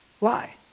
lie